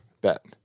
bet